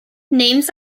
names